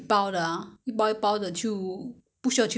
I'm not whether the market [one] is the